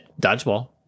Dodgeball